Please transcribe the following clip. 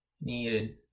needed